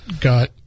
got